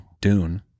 Dune